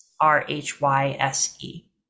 R-H-Y-S-E